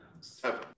Seven